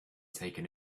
taken